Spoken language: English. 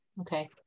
okay